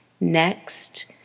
Next